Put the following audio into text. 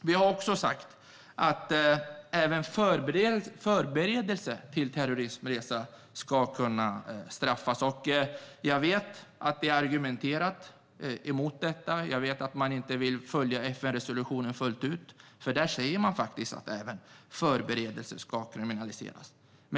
Vi har också sagt att även förberedelse till terrorismresa ska kunna straffas. Jag vet att man har argumenterat emot detta. Jag vet att man inte vill följa FN-resolutionen fullt ut, för där sägs det faktiskt att även förberedelse ska kriminaliseras.